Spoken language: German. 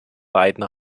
beiden